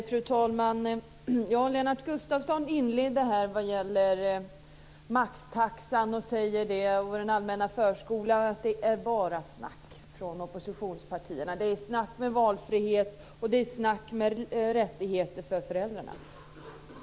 Fru talman! Lennart Gustavsson inledde med, vad gäller maxtaxan och den allmänna förskolan, att säga att valfrihet och rättigheter för föräldrarna bara är snack från oppositionspartierna.